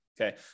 Okay